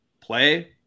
play